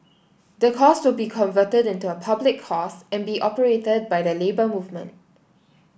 the course will be converted into a public course and be operated by the Labour Movement